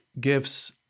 gives